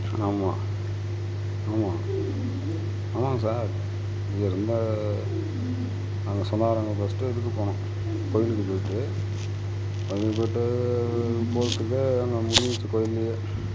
ஆமாம் ஆமாம் ஆமாங்க சார் இங்கிருந்து நாங்கள் சொந்தகாரவங்க ஃபஸ்ட் இதுக்கு போனோம் கோயிலுக்கு போய்ட்டு கோயிலுக்கு போய்ட்டு போகிறதுக்கே அங்கே முடிஞ்சிருச்சு கோயில்லயே